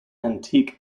antique